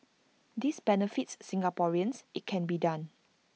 this benefits Singaporeans IT can be done